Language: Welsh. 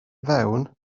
fewn